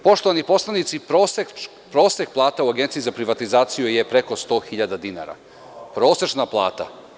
Poštovani poslanici, prosek plate u Agenciji za privatizaciju je preko 100.000 dinara, prosečna plata.